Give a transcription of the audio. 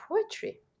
poetry